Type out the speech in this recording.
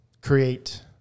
create